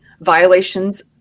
violations